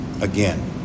again